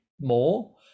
more